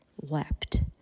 wept